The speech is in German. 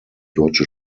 deutsche